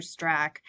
Strack